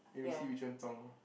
then we see which one 中 lor